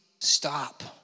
Stop